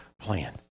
plan